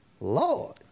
Lord